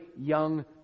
young